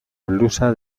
blusa